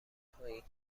پایین